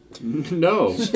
No